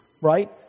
right